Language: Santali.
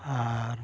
ᱟᱨ